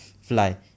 fly